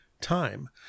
time